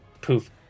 poof